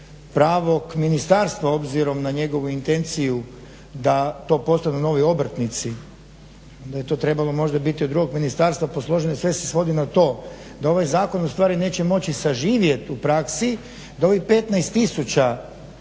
pravog ministarstva obzirom na njegovu intenciju da to postaju novi obrtnici, da je to trebalo biti možda od drugog ministarstva posloženo i sve se svodi na to da ovaj zakon ustvari neće moći saživjeti u praksi, da ovih 15